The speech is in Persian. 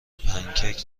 پنکیک